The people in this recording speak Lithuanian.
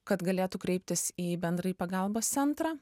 kad galėtų kreiptis į bendrąjį pagalbos centrą